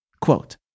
Quote